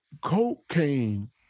cocaine